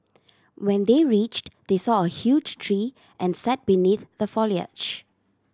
when they reached they saw a huge tree and sat beneath the foliage